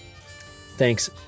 thanks